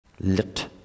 lit